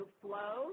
flow